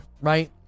right